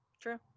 true